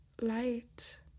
light